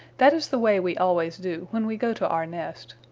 that is the way we always do when we go to our nest.